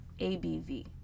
ABV